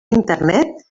internet